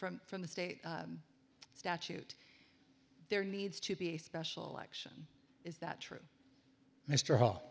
from from the state statute there needs to be a special election is that true mr hall